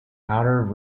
outer